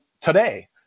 today